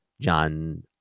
John